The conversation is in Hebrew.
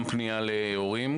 גם פנייה להורים,